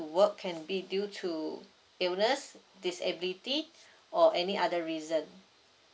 work can be due to illness disability or any other reason